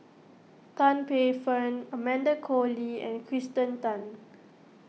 Tan Paey Fern Amanda Koe Lee and Kirsten Tan